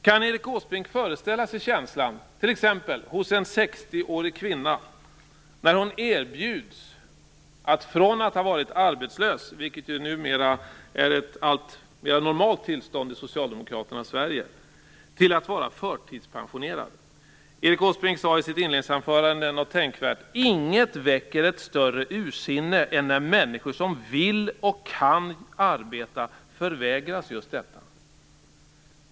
Kan Erik Åsbrink föreställa sig känslan hos t.ex. en 60-årig kvinna när hon erbjuds att gå från att ha varit arbetslös - vilket ju numera är ett alltmera normalt tillstånd i socialdemokraternas Sverige - till att vara förtidspensionerad? Erik Åsbrink sade i sitt inledningsanförande någonting tänkvärt: Inget väcker ett större ursinne än när människor som vill och kan arbeta förvägras just detta.